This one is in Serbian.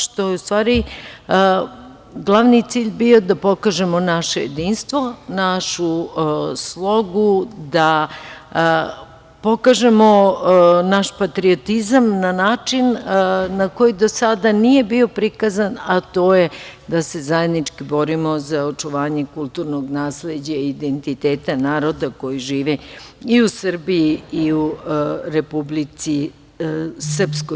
Što je u stvari glavni cilj bio da pokažemo naše jedinstvo, našu slogu, da pokažemo naš patriotizam na način na koji do sada nije bio prikazan, a to je da se zajednički borimo za očuvanje kulturnog nasleđa i identiteta naroda koji živi i u Srbiji i u Republici Srpskoj.